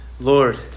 Lord